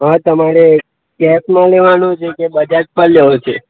હા તમારે કેશમાં લેવાનો છે કે બજાજ પર લેવો છે